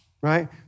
right